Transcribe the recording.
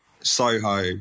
Soho